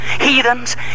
heathens